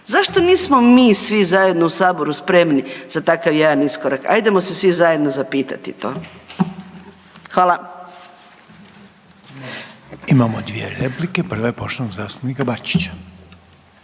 Zašto nismo mi svi zajedno u saboru spremni za takav jedan iskorak, ajdemo se svi zajedno zapitati to. Hvala. **Reiner, Željko (HDZ)** Imamo 2 replike, prva je poštovanog zastupnika Bačića.